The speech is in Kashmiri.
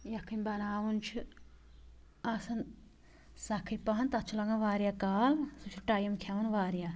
یَکھٕنۍ بَناوٕنۍ چھِ آسان سَخٕے پَہَن تَتھ چھُ لَگان واریاہ کال نا سُہ چھُ ٹایِم کھیٚوان واریاہ